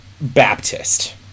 Baptist